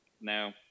No